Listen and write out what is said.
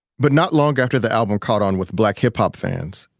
but not long after the album caught on with black hip-hop fans,